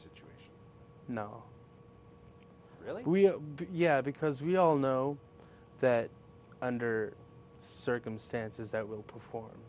situation really yeah because we all know that under circumstances that will perform